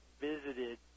visited